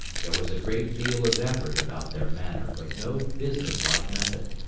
there was a great deal of effort about their manner, but no businesslike method.